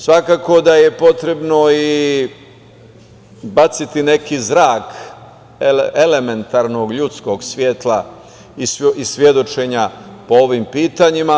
Svakako da je potrebno i baciti neki zrak elementarnog ljudskog svetla i svedočenja po ovim pitanjima.